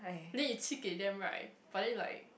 then you 气给 them right but then like